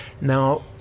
Now